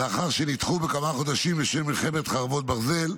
לאחר שנדחו בכמה חודשים בשל מלחמת חרבות ברזל,